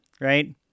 right